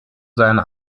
seine